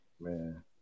man